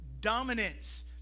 dominance